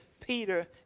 Peter